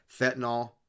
fentanyl